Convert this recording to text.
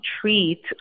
treat